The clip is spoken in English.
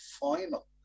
final